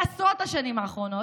בעשרות השנים האחרונות,